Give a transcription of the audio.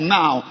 now